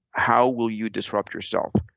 how will you disrupt yourself,